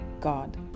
God